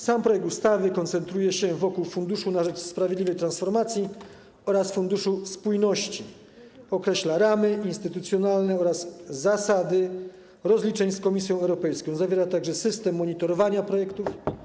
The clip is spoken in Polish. Sam projekt ustawy koncentruje się wokół Funduszu na rzecz Sprawiedliwej Transformacji oraz Funduszu Spójności, określa ramy instytucjonalne oraz zasady rozliczeń z Komisją Europejską, a także system monitorowania projektów.